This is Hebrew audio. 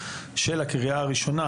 שלקריאה הראשונה,